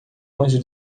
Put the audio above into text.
anjo